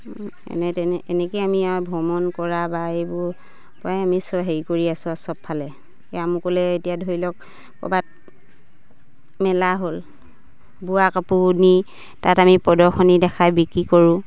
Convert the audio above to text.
এনে তেনে এনেকে আমি আৰু ভ্ৰমণ কৰা বা এইবোৰ পৰাই আমি হেৰি কৰি আছোঁ আৰু চবফালে আমোকলে এতিয়া ধৰি লওক ক'ৰবাত মেলা হ'ল বোৱা কাপোৰ নি তাত আমি প্ৰদৰ্শনী দেখাই বিক্ৰী কৰোঁ